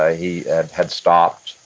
ah he had stopped,